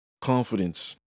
Confidence